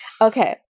Okay